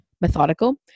methodical